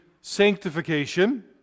sanctification